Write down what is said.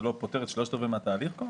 זה לא פותר שלושת-רבעי מהתהליך?